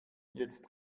jetzt